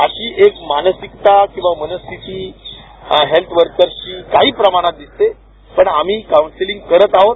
अशी एक मानसिकता किंवा मनस्थिती हेल्थ वर्कर्सची काही प्रमाणात दिसते पण आम्ही कौन्सिलिंग करत आहोत